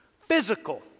physical